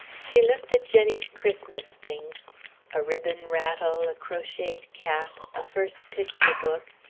she looked at jenny's christmas things a ribbon rattle, a crocheted cap, a first picture book,